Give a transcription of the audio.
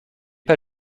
pas